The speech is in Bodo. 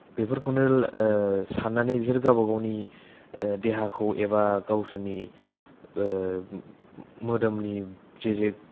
बेफोरखौनो सान्नानै बिसोरो गावबा गावनि देहाखौ एबा गावसोरनि मोदोमनि जे जे